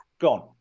gone